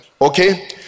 Okay